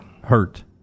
hurt